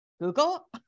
Google